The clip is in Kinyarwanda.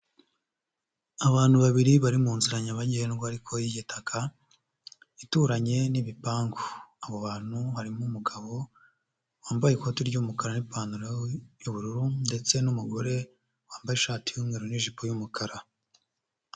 Abantu babiri bari mu nzira nyabagendwa ariko y'igitaka ituranye n'ibipangu, abo bantu harimo umugabo wambaye ikoti ry'umukara n'ipantaro y'ubururu ndetse n'umugore wambaye ishati y'umweru n'ijipo y'umukara.